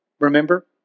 Remember